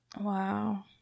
Wow